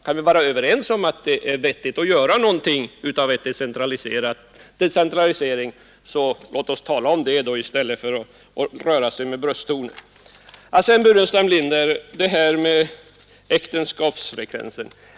Kan vi vara överens om att det vore vettigt att göra något med en decentralisering så låt oss tala om det i stället för att röra oss med brösttoner. Sedan några ord till herr Burenstam Linder om äktenskapsfrekvensen.